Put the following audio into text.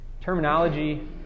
Terminology